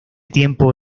tiempo